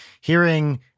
hearing